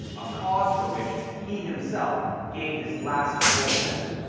a cause for which he himself gave his last full measure.